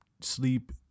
sleep